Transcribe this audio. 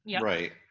right